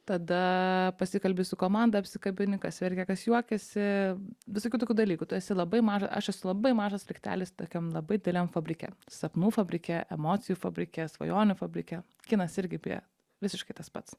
tada pasikalbi su komanda apsikabini kas verkia kas juokiasi visokių tokių dalykų tu esi labai maža aš esu labai mažas sraigtelis tokiam labai dideliam fabrike sapnų fabrike emocijų fabrike svajonių fabrike kinas irgi prie visiškai tas pats